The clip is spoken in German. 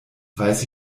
weiß